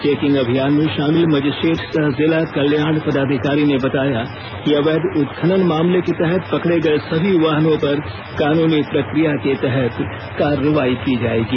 checking अभियान में शामिल मजिस्ट्रेट सह जिला कल्याण पदाधिकारी ने बताया कि अवैध उत्खनन मामले के तहत पकड़े गए सभी वाहनों पर कानूनी प्रक्रिया के तहत कार्रवाई की जाएगी